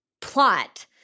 plot